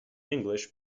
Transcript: english